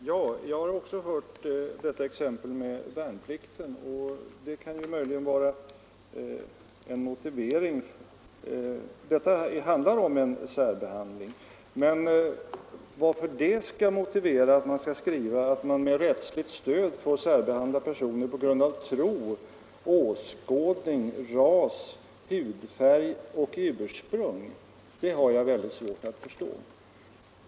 Herr talman! Också jag har hört exemplet med värnplikten, och det kan möjligen vara en motivering, eftersom den innebär en särbehandling. Men hur det kan motivera att man skall skriva att man med rättsligt stöd får särbehandla personer på grund av tro, åskådning, ras, hudfärg och ursprung har jag mycket svårt att förstå.